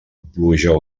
pluja